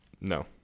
no